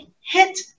hit